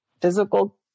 physical